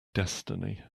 destiny